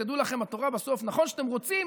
תדעו לכם שלמרות שאתם רוצים,